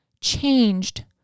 changed